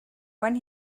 when